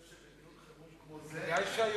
בדיון חירום כמו זה אולי אפשר לחרוג.